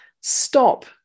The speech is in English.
stop